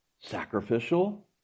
sacrificial